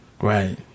right